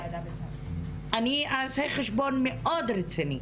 אני אעשה חשבון מאוד רציני,